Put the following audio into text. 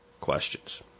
questions